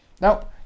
Now